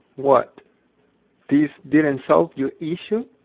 what this didn't and solve your issue?